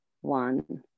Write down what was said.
one